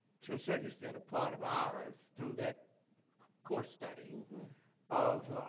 to a certain extent, a part of ours through that course study of